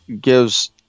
gives